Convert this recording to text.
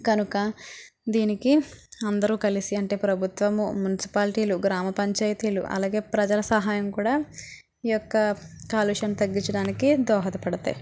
కనుక దీనికి అందరూ కలిసి అంటే ప్రభుత్వము మున్సిపాలిటీలు గ్రామ పంచాయితీలు అలాగే ప్రజల సహాయం కూడా ఈ యొక్క కాలుష్యం తగ్గిచ్చడానికి దోహదపడతయ్